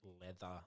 leather